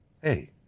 Hey